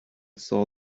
saw